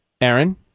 Aaron